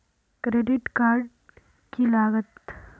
Credit card की लागत?